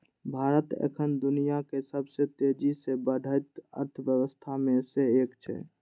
भारत एखन दुनियाक सबसं तेजी सं बढ़ैत अर्थव्यवस्था मे सं एक छै